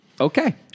Okay